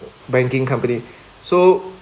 banking company so